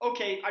Okay